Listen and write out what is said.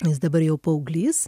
jis dabar jau paauglys